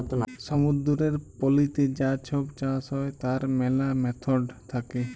সমুদ্দুরের পলিতে যা ছব চাষ হ্যয় তার ম্যালা ম্যাথড থ্যাকে